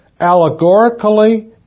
Allegorically